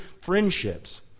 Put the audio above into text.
friendships